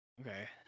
okay